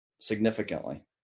significantly